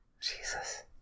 Jesus